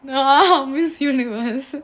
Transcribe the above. !wow! miss universe